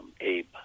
Abe